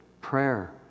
prayer